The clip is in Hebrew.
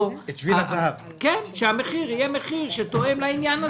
שהמחיר יתאם לעניין הזה.